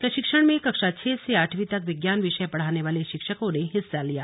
प्रशिक्षण में कक्षा छह से आठवीं तक विज्ञान विषय पढ़ाने वाले शिक्षकों ने हिस्सा लिया